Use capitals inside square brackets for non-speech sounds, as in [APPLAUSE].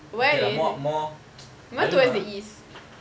okay lah more more [NOISE] I don't know ah